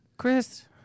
Chris